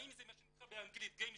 האם זה מה שנקרא באנגלית Game changer,